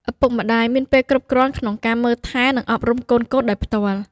ឪពុកម្ដាយមានពេលគ្រប់គ្រាន់ក្នុងការមើលថែ និងអប់រំកូនៗដោយផ្ទាល់។